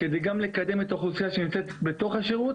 כדי גם לקדם את האוכלוסייה שנמצאת בתוך השירות,